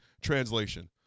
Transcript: Translation